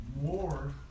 more